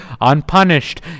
unpunished